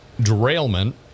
derailment